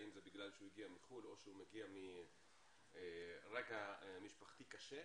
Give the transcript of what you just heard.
אם זה בגלל שהוא הגיע מחוץ לארץ או שהוא מגיע מרקע משפחתי קשה,